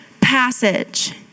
passage